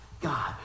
God